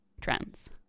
trends